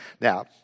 Now